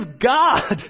God